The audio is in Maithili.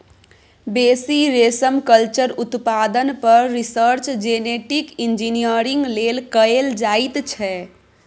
बेसी रेशमकल्चर उत्पादन पर रिसर्च जेनेटिक इंजीनियरिंग लेल कएल जाइत छै